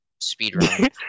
speedrun